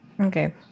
okay